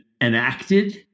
enacted